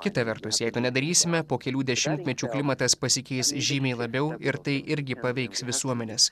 kita vertus jei to nedarysime po kelių dešimtmečių klimatas pasikeis žymiai labiau ir tai irgi paveiks visuomenes